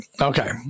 okay